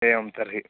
एवं तर्हि